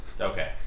Okay